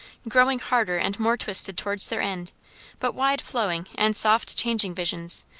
growing harder and more twisted towards their end but wide flowing and soft changing visions,